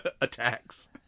attacks